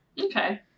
Okay